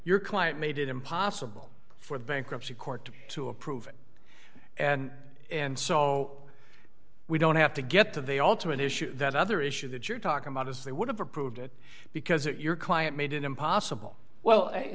your client made it impossible for the bankruptcy court to approve it and and so we don't have to get to the altar an issue that other issue that you're talking about is they would have approved it because your client made it impossible well